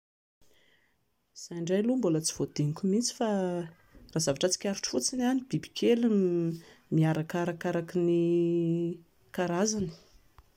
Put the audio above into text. Izay indray aloha tsy mbola voadiniko mihintsy fa raha ny zavatra tsikaritro fotsiny ny bibikely miaraka araky ny karazany.